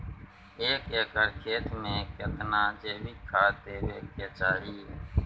एक एकर खेत मे केतना जैविक खाद देबै के चाही?